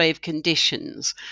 conditions